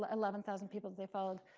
but eleven thousand people they followed,